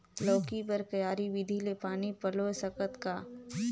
लौकी बर क्यारी विधि ले पानी पलोय सकत का?